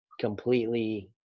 completely